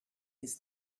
his